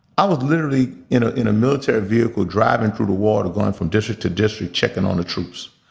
i was literally in ah in a military vehicle driving through the water, going from district to district, checking on the troops.